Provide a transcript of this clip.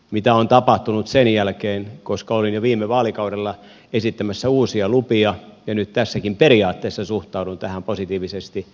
mitä on tapahtunut sen jälkeen koska olin jo viime vaalikaudella esittämässä uusia lupia ja nyt tässäkin periaatteessa suhtaudun tähän positiivisesti